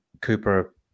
Cooper